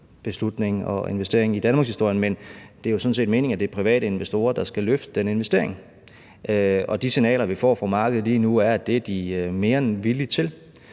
og -investering i danmarkshistorien, men det er jo sådan set meningen, at det er private investorer, der skal løfte den investering. Og de signaler, vi får fra markedet lige nu, er, at det er de mere end villige til.